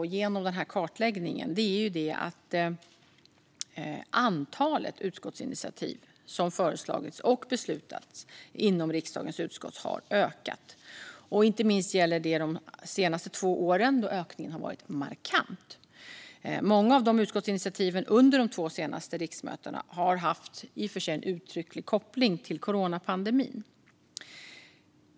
Genom kartläggningen kan man se att antalet utskottsinitiativ som föreslagits och beslutats inom riksdagens utskott har ökat. Det gäller inte minst de två senaste åren då ökningen har varit markant. Många av utskottsinitiativen under de två senaste riksmötena har i och för sig haft en uttrycklig koppling till coronapandemin.